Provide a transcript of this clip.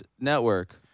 network